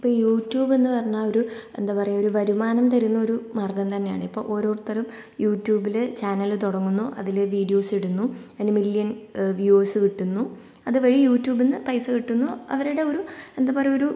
ഇപ്പോൾ യൂട്യൂബ് എന്ന് പറഞ്ഞാൽ ഒരു എന്താ പറയുക ഒരു വരുമാനം തരുന്ന ഒരു മാർഗ്ഗം തന്നെയാണ് ഇപ്പോൾ ഓരോരുത്തരും യൂട്യൂബില് ചാനൽ തുടങ്ങുന്നു അതിൽ വീഡ്യോസ് ഇടുന്നു അതിന് മില്യൻ വ്യൂസ് കിട്ടുന്നു അതുവഴി യൂട്യൂബിൽ നിന്ന് പൈസ കിട്ടുന്നു അവരുടെ ഒരു എന്താ പറയുക ഒരു